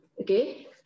Okay